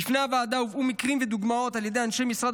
בפני הוועדה הובאו מקרים ודוגמאות על ידי אנשי משרד